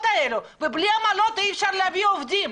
האלה ובלי העמלות אי אפשר להביא עובדים.